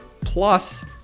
Plus